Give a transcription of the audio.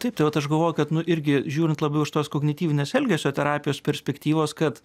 taip tai vat aš galvoju kad nu irgi žiūrint labiau iš tos kognityvinės elgesio terapijos perspektyvos kad